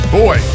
boy